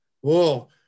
whoa